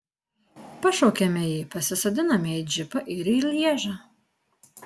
pašaukiame jį pasisodiname į džipą ir į lježą